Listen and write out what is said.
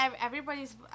everybody's